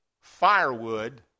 firewood